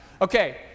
Okay